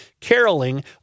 caroling